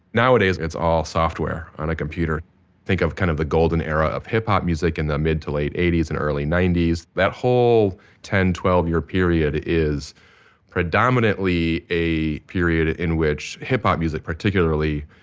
nowadays it's all software on a computer think of kind of the golden era of hip hop music in the mid to late eighty s and early ninety s, that whole ten, twelve year period is predominantly a period in which hip hop music, particularly,